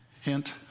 Hint